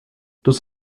tus